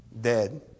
dead